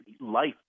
life